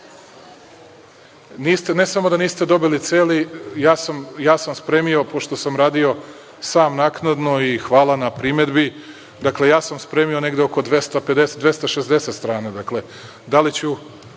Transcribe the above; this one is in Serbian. Ne samo da niste dobili ceo, ja sam spremio, pošto sam radio sam naknadno i hvala na primedbi, dakle, ja sam spremio negde oko 260 strana.